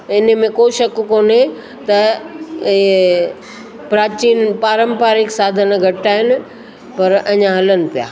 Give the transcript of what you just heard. हिन में को शक कोने त इहे प्राचीन पारंपारिक साधन घटि आहिनि पर अञा हलनि पिया